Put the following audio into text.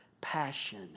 passion